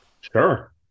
Sure